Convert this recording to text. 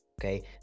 Okay